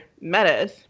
metas